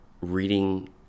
reading